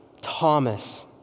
Thomas